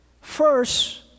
First